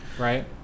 right